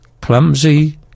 Clumsy